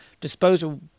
Disposal